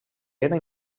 era